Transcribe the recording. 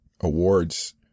awards